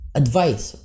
advice